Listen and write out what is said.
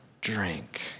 drink